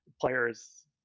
players